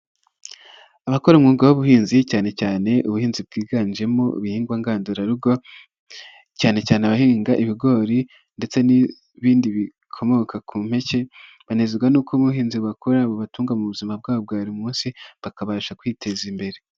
Abakora umwuga w'ubuhinzi, cyane cyane ubuhinzi bwiganjemo ibihingwa ngandurarugo, cyane cyane abahinga ibigori ndetse n'ibindi bikomoka ku mpeke, banezezwa n'uko ubuhinzi bakora bubatunga mu buzima bwabo bwa buri munsi, bakabasha kwiteza imbere.